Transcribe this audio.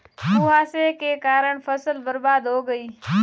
कुहासे के कारण फसल बर्बाद हो गयी